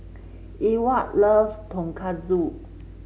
Ewart loves Tonkatsu